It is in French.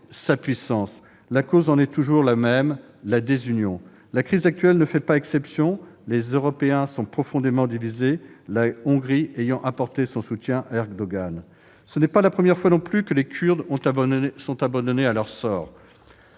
sa puissance. La cause en est toujours la même : la désunion. La crise actuelle ne fait pas exception, les Européens sont profondément divisés, la Hongrie ayant ainsi apporté son soutien à Erdogan. Ce n'est pas la première fois non plus que les Kurdes sont abandonnés à leur sort.